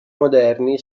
moderni